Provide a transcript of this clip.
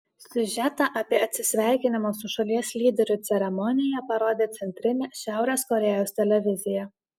siužetą apie atsisveikinimo su šalies lyderiu ceremoniją parodė centrinė šiaurės korėjos televizija